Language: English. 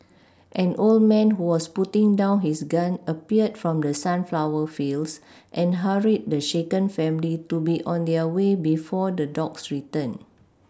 an old man who was putting down his gun appeared from the sunflower fields and hurried the shaken family to be on their way before the dogs return